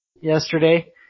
yesterday